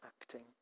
acting